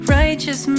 righteous